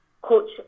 coach